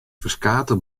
ferskate